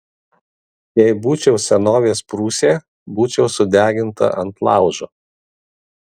jei būčiau senovės prūsė būčiau sudeginta ant laužo